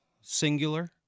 singular